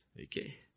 Okay